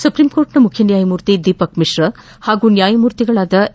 supreme court ಮುಖ್ಯ ನ್ಯಾಯಮೂರ್ತಿ ದೀಪಕ್ ಮಿಶ್ರಾ ಹಾಗೂ ನ್ಯಾಯಮೂರ್ತಿಗಳಾದ ಎ